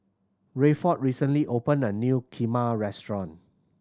Rayford recently opened a new Kheema restaurant